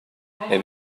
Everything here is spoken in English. have